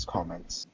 Comments